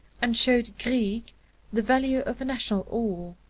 and showed grieg the value of national ore.